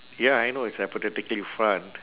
ya I know it's hypothetically fun